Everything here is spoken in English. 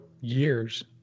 years